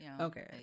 Okay